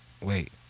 Wait